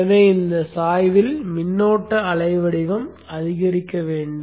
எனவே இந்த சாய்வில் மின்னோட்ட அலைவடிவம் அதிகரிக்க வேண்டும்